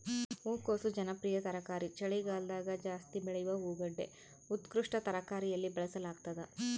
ಹೂಕೋಸು ಜನಪ್ರಿಯ ತರಕಾರಿ ಚಳಿಗಾಲದಗಜಾಸ್ತಿ ಬೆಳೆಯುವ ಹೂಗಡ್ಡೆ ಉತ್ಕೃಷ್ಟ ತರಕಾರಿಯಲ್ಲಿ ಬಳಸಲಾಗ್ತದ